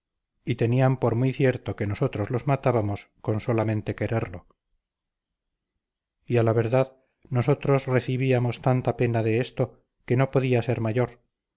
y tenían por muy cierto que nosotros los matábamos con solamente quererlo y a la verdad nosotros recibíamos tanta pena de esto que no podía ser mayor